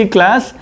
Class